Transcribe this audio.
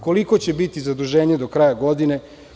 Koliko će biti zaduženje do kraja godine?